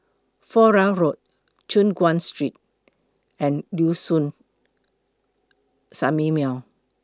Flora Road Choon Guan Street and Liuxun Sanhemiao